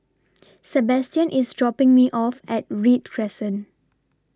Sabastian IS dropping Me off At Read Crescent